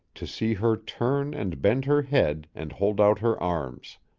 to see her turn and bend her head and hold out her arms.